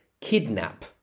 Kidnap